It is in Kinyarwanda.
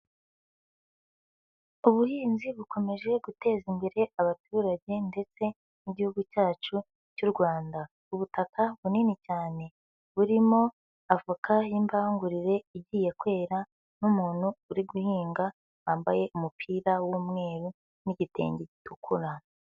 Ubuhinzi bukomeje guteza imbere abaturage ndetse n'igihugu cyacu cy'u Rwanda, ubutaka bunini cyane burimo avoka y'imbangurire igiye kwera, n'umuntu uri guhinga wambaye umupira w'umweru n'igitenge gitukura.